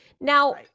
Now